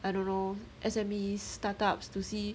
I don't know S_M_E startups to see